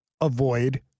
avoid